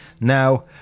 Now